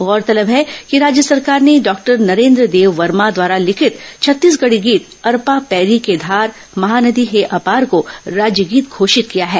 गौरतलब है कि राज्य सरकार ने डॉक्टर नरेन्द्र देव वर्मा द्वारा लिखित छत्तीसगढ़ी गीत अरपा पैरी के धार महानदी हे अपार को राज्य गीत घोषित किया है